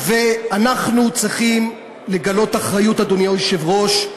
אנחנו צריכים לגלות אחריות, אדוני היושב-ראש,